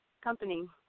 company